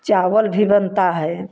चावल भी बनता है